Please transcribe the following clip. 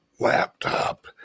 laptop